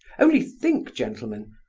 only think, gentlemen,